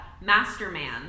Masterman